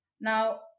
Now